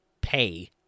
pay